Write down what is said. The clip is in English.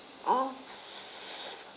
oh